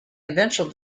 eventual